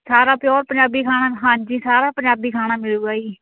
ਸਾਰਾ ਪਿਓਰ ਪੰਜਾਬੀ ਖਾਣਾ ਹਾਂਜੀ ਸਾਰਾ ਪੰਜਾਬੀ ਖਾਣਾ ਮਿਲੂਗਾ ਜੀ